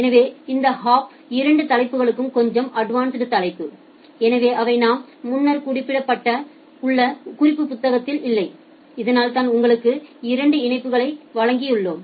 எனவே இந்த இரண்டு தலைப்புகளும் கொஞ்சம் அட்வன்ஸ்டு தலைப்பு எனவே அவை நாம் முன்னர் குறிப்பிட்டது போல் உங்கள் குறிப்பு புத்தகத்தில் இல்லை அதனால்தான் உங்களுக்கு இரண்டு இணைப்புகளை வழங்கியுள்ளோம்